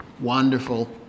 wonderful